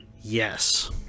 Yes